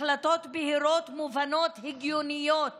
החלטות בהירות, מובנות, הגיוניות